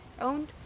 owned